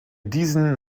diesen